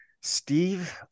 Steve